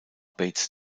bates